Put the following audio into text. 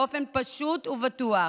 באופן פשוט ובטוח.